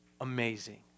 amazing